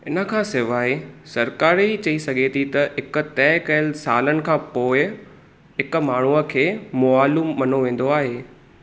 इन खां सिवाइ सरकारु इहो चई सघे थी त हिकु तइ कयल सालनि खां पोइ हिकु माण्हूअ खे मुअलु मञियो वेंदो आहे